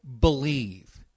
believe